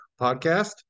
podcast